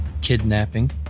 kidnapping